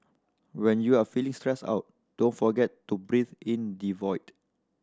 when you are feeling stressed out don't forget to breathe in the void